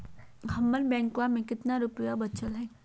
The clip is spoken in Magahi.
हमर बैंकवा में कितना रूपयवा बचल हई?